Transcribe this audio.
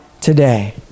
today